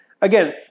Again